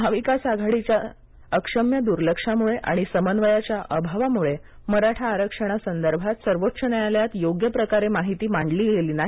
महाविकास आघाडीच्या सरकारच्या अक्षम्य दुर्लक्षाम्ळे आणि समन्वयाच्या अभावाम्ळे मराठा आरक्षणासंदर्भात सर्वोच्च न्यायालयात योग्य प्रकारे माहिती मांडली गेली नाही